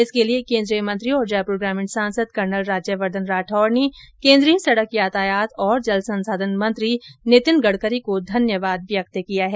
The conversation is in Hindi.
इसके लिये केन्द्रीय मंत्री और जयपुर ग्रामीण सांसद कर्नल राज्यवर्धन राठौड़ ने केंद्रीय सड़क यातायात और जल संसाधन मंत्री नितिन गडकरी को धन्यवाद व्यक्त किया है